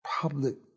public